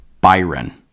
Byron